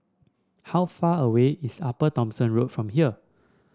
how far away is Upper Thomson Road from here